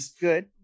good